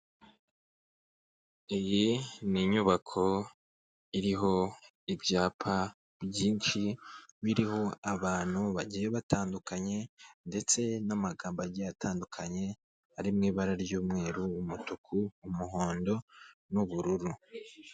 Iyi ni inyubako iriho ibyapa byinshi biriho abantu bagiye batandukanye ndetse n'amagambo agiye atandukanye ari mu ibara ry'umweru, umutuku, umuhondo n'ubururu.